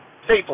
Safely